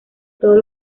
todos